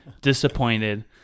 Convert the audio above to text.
disappointed